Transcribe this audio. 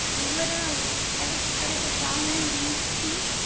literally. i was part of the ballroom dance team.